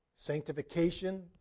Sanctification